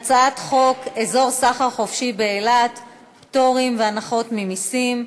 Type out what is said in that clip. הצעת החוק עברה בקריאה ראשונה,